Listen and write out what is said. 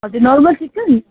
हजुर normal chicken